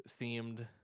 themed